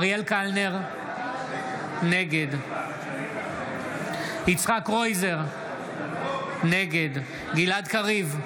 נגד יצחק קרויזר, נגד גלעד קריב,